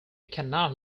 cannot